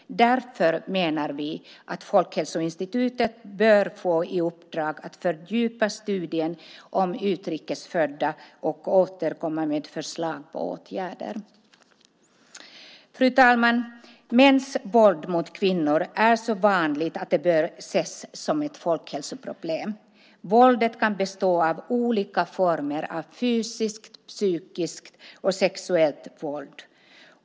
Därför menar vi att Folkhälsoinstitutet bör få i uppdrag att fördjupa studien om utrikesfödda och återkomma med förslag på åtgärder. Fru talman! Mäns våld mot kvinnor är så vanligt att det bör ses som ett folkhälsoproblem. Våldet kan bestå av olika former av fysiskt, psykiskt och sexuellt våld.